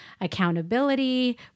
accountability